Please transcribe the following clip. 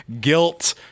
guilt